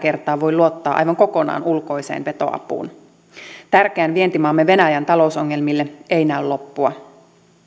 kertaa voi luottaa aivan kokonaan ulkoiseen vetoapuun tärkeän vientimaamme venäjän talousongelmille ei näy loppua